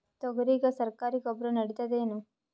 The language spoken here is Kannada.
ತೊಗರಿಗ ಸರಕಾರಿ ಗೊಬ್ಬರ ನಡಿತೈದೇನು?